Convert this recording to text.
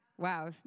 Wow